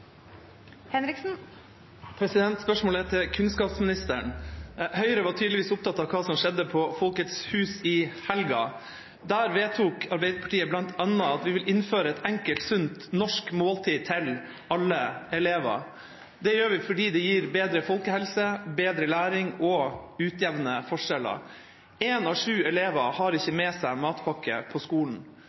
Spørsmålet er til kunnskapsministeren. Høyre var tydeligvis opptatt av hva som skjedde på Folkets Hus i helga. Der vedtok Arbeiderpartiet bl.a. at vi vil innføre et enkelt, sunt norsk måltid til alle elever. Det gjør vi fordi det gir bedre folkehelse, bedre læring og utjevner forskjeller. En av sju elever har ikke med seg matpakke på skolen.